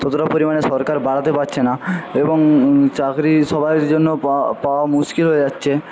ততটা পরিমাণে সরকার বাড়াতে পাচ্ছে না এবং চাকরি সবার জন্য পাওয়া মুশকিল হয়ে যাচ্ছে